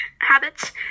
habits